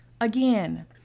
again